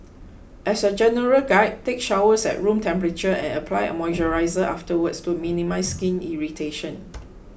as a general guide take showers at room temperature and apply moisturiser afterwards to minimise skin irritation